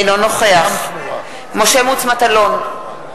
אינו נוכח משה מטלון,